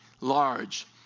large